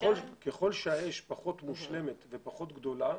ככל שהאש פחות מושלמת ופחות גדולה,